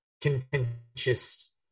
contentious